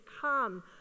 come